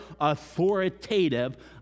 authoritative